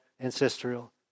ancestral